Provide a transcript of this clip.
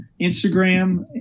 Instagram